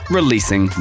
releasing